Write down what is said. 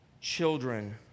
children